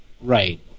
Right